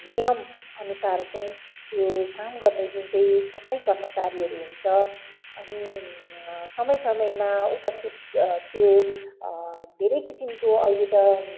नियमअनुसार चाहिँ यो काम गर्ने जुन चाहिँ सफाई कर्मचारीहरू हुन्छ अनि समय समयमा उपस्थित त्यो धेरै किसिमको अहिले त